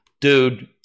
dude